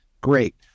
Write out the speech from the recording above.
Great